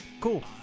Cool